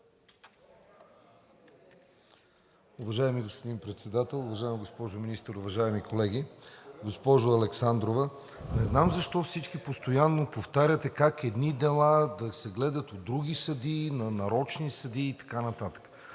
Уважаеми господин Председател, уважаема госпожо Министър, уважаеми колеги! Госпожо Александрова, не знам защо всички постоянно повтаряте как едни дела – да се гледат от други съдии, на нарочни съдии, и така нататък?